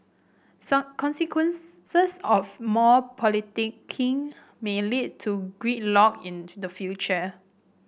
son consequences of more politicking may lead to gridlock in the future